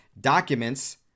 documents